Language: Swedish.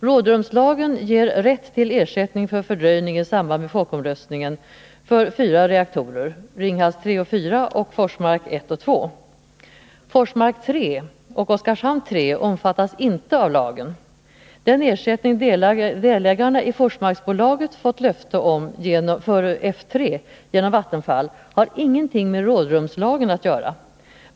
Rådrumslagen ger rätt till ersättning för fördröjning i samband med folkomröstningen för fyra reaktorer, Ringhals 3 och 4 samt Forsmark 1 och 2. Forsmark 3 och Oskarshamn 3 omfattas inte av lagen. Den ersättning delägarna i Forsmarksbolaget fått löfte om för Forsmark 3 genom Vattenfall har ingenting med rådrumslagen att göra.